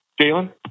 Jalen